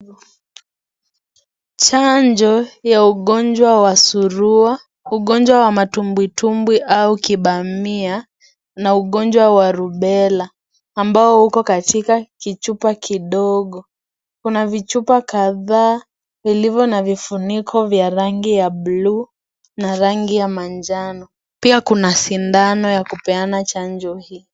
Chanjo ya ugonjwa wa surua, ugonjwa wa matumbwitumbwi au kibamia na ugonjwa wa rubella ambao uko katika kichupa kidogo. Kuna vichupa kadhaa vilivyo na vifuniko vya rangi ya buluu na rangi ya manjano. Pia kuna sindano ya kupeana chanjo hii.